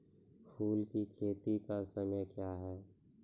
फुल की खेती का समय क्या हैं?